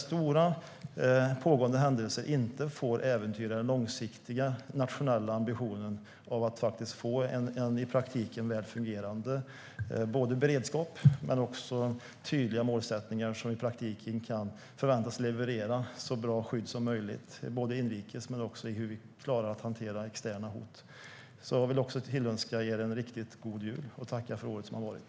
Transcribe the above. Stora pågående händelser bör inte äventyra den långsiktiga nationella ambitionen att få en väl fungerande beredskap och tydliga målsättningar som i praktiken kan förväntas leverera så bra skydd som möjligt, både inrikes och vid externa händelser. Jag vill också tillönska er en riktigt god jul och tacka för året som har gått.